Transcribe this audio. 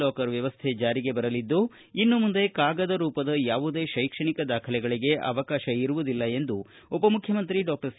locker ವ್ಯವಸ್ಥೆ ಜಾರಿಗೆ ಬರಲಿದ್ದು ಇನ್ನು ಮುಂದೆ ಕಾಗದ ರೂಪದ ಯಾವುದೇ ಕೈಕ್ಷಣಿಕ ದಾಖಲೆಗಳಿಗೆ ಅವಕಾಶ ಇರುವುದಿಲ್ಲ ಎಂದು ಉಪಮುಖ್ಯಮಂತ್ರಿ ಡಾಕ್ಟರ್ ಸಿ